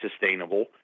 sustainable